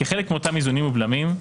כחלק מאותם איזונים בלמים,